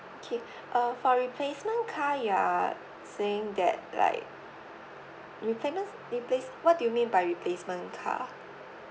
okay uh for replacement car you are saying that like replacement replace what do you mean by replacement car